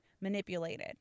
manipulated